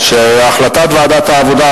החלטת ועדת העבודה,